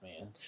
man